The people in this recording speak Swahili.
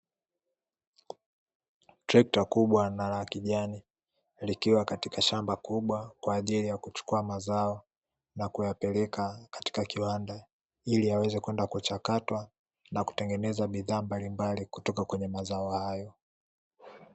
Trekta kubwa na la kijani, likiwa katika shamba kubwa, kwaajili ya kuchukua mazao, na kuyapeleka katika kiwanda ili yaweze kwenda kuchakatwa na kutengeneza bidhaa mbalimbali kutoka kwenye mazao hayo.